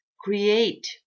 create